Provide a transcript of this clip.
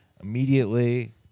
immediately